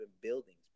buildings